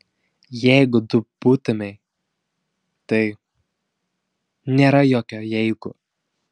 jeigu tu būtumei tai nėra jokio jeigu